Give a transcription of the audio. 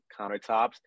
countertops